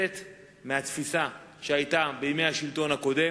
כנסת נכבדה, השר בגין, חבר הכנסת דנון,